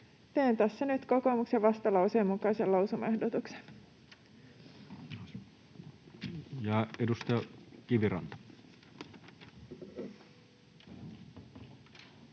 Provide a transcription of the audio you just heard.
Teen tässä nyt kokoomuksen vastalauseen mukaisen lausumaehdotuksen. [Speech 92]